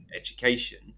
education